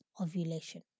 ovulation